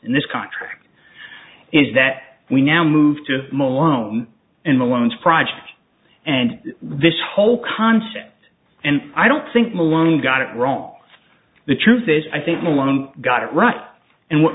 in this country is that we now move to malone and malone's project and this whole concept and i don't think malone got it wrong the truth is i think malone got it right and what